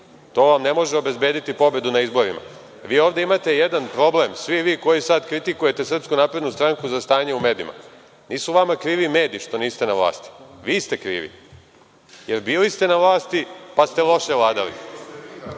to vam ne može obezbediti pobedu na izborima. Vi ovde imate jedan problem, svi vi koji sada kritikujete SNS za stanje u medijima. Nisu vama krivi mediji što niste na vlasti, vi ste krivi, jer, bili ste na vlasti pa ste loše vladali.